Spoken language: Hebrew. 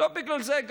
לא בגלל זה.